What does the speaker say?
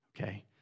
Okay